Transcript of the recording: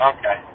Okay